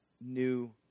new